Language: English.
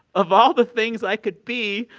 of all the things i could be,